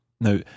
Now